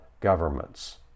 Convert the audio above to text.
governments